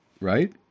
right